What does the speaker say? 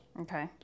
Okay